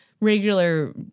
regular